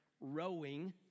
rowing